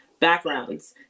backgrounds